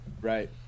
right